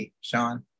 sean